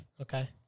Okay